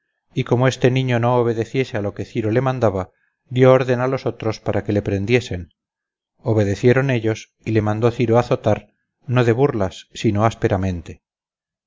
y como este niño no obedeciese a lo que ciro le mandaba dio orden a los otros para que le prendiesen obedecieron ellos y le mandó ciro azotar no de burlas sino